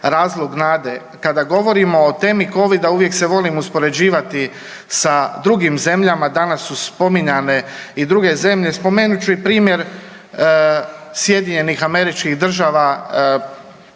razlog nade. Kada govorimo o temi Covida uvijek se volim uspoređivati sa drugim zemljama. Danas su spominjane i druge zemlje. Spomenut ću i primjer SAD-a, predsjednik